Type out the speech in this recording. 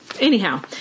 Anyhow